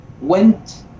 went